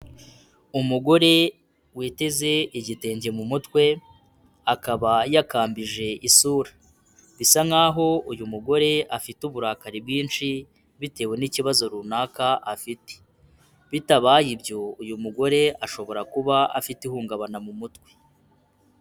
Umugore witeze igitenge mu mutwe, akaba yakambije isura. Bisa nk'aho uyu mugore afite uburakari bwinshi bitewe n'ikibazo runaka afite. Bitabaye ibyo uyu mugore ashobora kuba afite ihungabana mu mutwe.